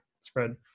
Spread